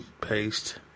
paste